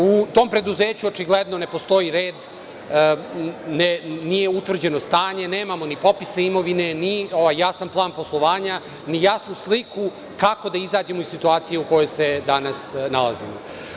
U tom preduzeću očigledno ne postoji red, nije utvrđeno stanje, nemamo ni popisa imovine, ni jasan plan poslovanja, ni jasnu sliku kako da izađemo iz situacije u kojoj se danas nalazimo.